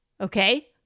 okay